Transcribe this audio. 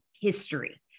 history